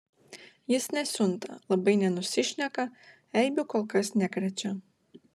jis nesiunta labai nenusišneka eibių kol kas nekrečia